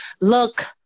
look